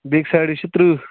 بیٚیہِ سایڈٕ چھُ ترٕٛہ